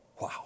wow